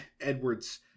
edwards